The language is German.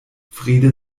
friede